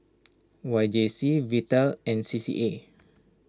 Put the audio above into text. Y J C Vital and C C A